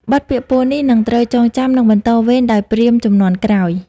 បទពាក្យពោលនេះនឹងត្រូវចងចាំ និងបន្តវេនដោយព្រាហ្មណ៍ជំនាន់ក្រោយ។